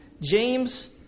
James